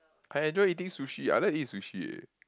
I enjoy eating sushi I like to eat sushi